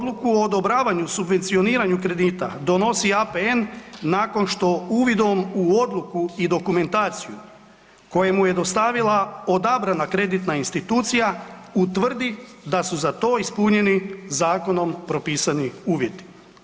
Odluku o odobravanju subvencioniranja kredita donosi APN, nakon što uvidom u odluku i dokumentaciju koji mu je dostavila odabrana kreditna institucija, utvrdi da su za to ispunjeni zakonom propisani uvjeti.